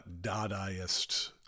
Dadaist